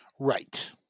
Right